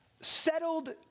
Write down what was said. settled